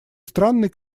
странный